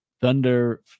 thunder